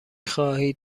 خواهید